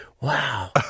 wow